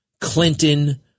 Clinton